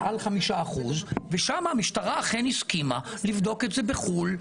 מעל 5% ושם המשטרה אכן הסכימה לבדוק את זה בחו"ל,